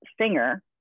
singer